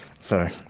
sorry